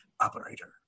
Operator